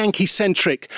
Yankee-centric